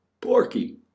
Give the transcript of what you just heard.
Porky